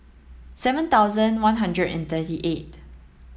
seven thousand one hundred and thirty eight